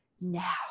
now